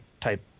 type